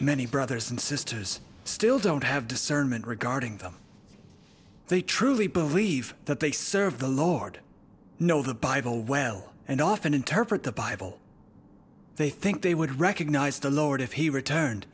many brothers and sisters still don't have discernment regarding them they truly believe that they serve the lord know the bible well and often interpret the bible they think they would recognize the lord if he returned